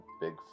big